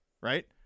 right